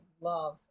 love